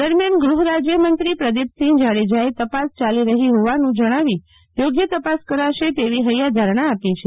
દરમિયાન ગૃહરાજ્યમંત્રી પ્રદીપસિંહ જાડેજાએ તપાસ ચાલી રહી હોવાનું જણાવી યોગ્ય કરાશે તપાસ કરાશે તેવી હૈયાધારણા આપી છે